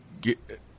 get